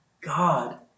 God